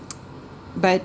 but